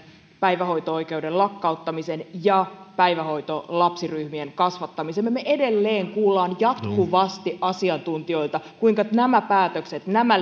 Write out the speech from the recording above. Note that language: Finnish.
päivähoito oikeuden lakkauttamisen ja päivähoitolapsiryhmien kasvattamisen me me edelleen kuulemme jatkuvasti asiantuntijoilta kuinka nämä päätökset nämä